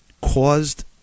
caused